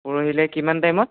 পৰহিলৈ কিমান টাইমত